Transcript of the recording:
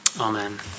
Amen